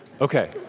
Okay